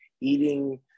eating